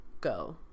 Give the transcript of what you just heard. go